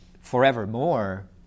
forevermore